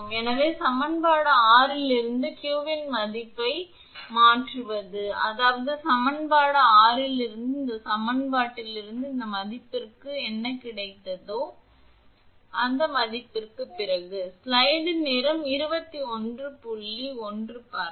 எனவே சமன்பாடு 6 இலிருந்து q இன் இந்த மதிப்பை மாற்றுவது அதாவது சமன்பாடு 6 இலிருந்து இந்த சமன்பாட்டிலிருந்து இந்த மதிப்புக்கு இந்த மதிப்புக்கு என்ன கிடைத்ததோ இந்த சமன்பாட்டிலிருந்து சமன்பாடு 6 இலிருந்து q இன் மதிப்புக்குப் பிறகு